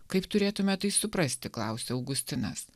kaip turėtume tai suprasti klausia augustinas